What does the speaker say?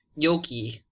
Yoki